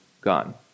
gone